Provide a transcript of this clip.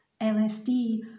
LSD